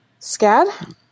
Scad